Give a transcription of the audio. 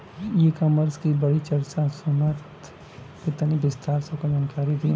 ई कॉमर्स क बड़ी चर्चा सुनात ह तनि विस्तार से ओकर जानकारी दी?